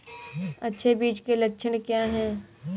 अच्छे बीज के लक्षण क्या हैं?